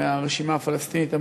מהרשימה הפלסטינית המאוחדת,